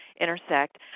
intersect